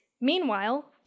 Meanwhile